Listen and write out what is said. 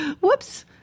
whoops